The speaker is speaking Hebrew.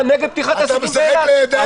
אתה נגד פתיחת העסקים באילת.